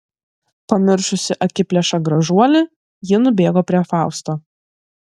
pamiršusi akiplėšą gražuolį ji nubėgo prie fausto